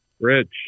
Rich